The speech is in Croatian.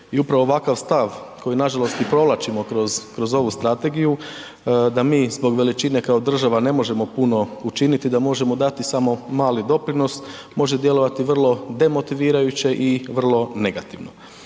i upravo ovakav stav koji nažalost i provlačimo kroz ovu strategiju da mi zbog veličine kao država ne možemo puno učiniti, da možemo dati samo mali doprinos može djelovati vrlo demotivirajuće i vrlo negativno.